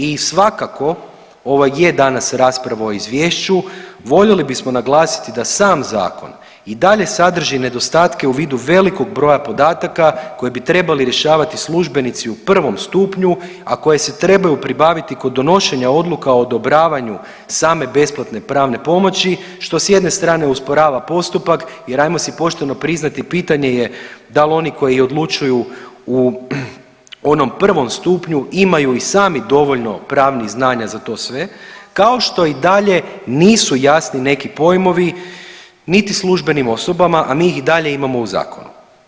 I svakako ovo je danas rasprava o izvješću, voljeli bismo naglasiti da sam zakon i dalje sadrži nedostatke u vidu velikog broja podataka koje bi trebali rješavati službenici u prvom stupnju, a koje se trebaju pribaviti kod donošenja odluka o odobravanju same besplatne pravne pomoći što s jedne strane usporava postupak jer ajmo si pošteno priznati pitanje je da li oni koji odlučuju u onom prvom stupnju imaju i sami dovoljno pravnih znanja za to sve kao što i dalje nisu jasni neki pojmovi niti službenim osobama, a mi ih i dalje imao u zakonu.